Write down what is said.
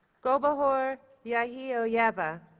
gulbakhor yeah yeah yakhyoeva,